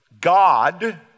God